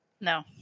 No